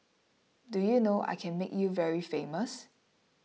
do you know I can make you very famous